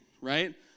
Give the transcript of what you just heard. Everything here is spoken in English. right